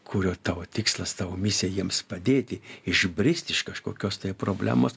kurio tavo tikslas tavo misija jiems padėti išbrist iš kažkokios problemos